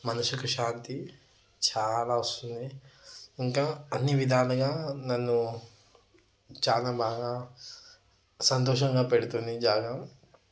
మనసుకు శాంతి చాలా వస్తుంది ఇంకా అన్ని విధాలుగా నన్ను చాలా బాగా సంతోషంగా పెడుతుంది జాగం